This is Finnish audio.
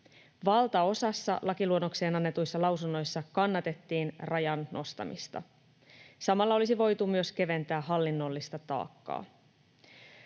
Valtaosassa lakiluonnokseen annettuja lausuntoja kannatettiin rajan nostamista. Samalla olisi voitu myös keventää hallinnollista taakkaa.